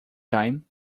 time